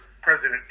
President